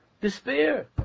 Despair